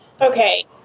Okay